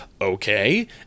okay